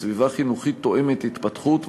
בסביבה חינוכית תואמת התפתחות,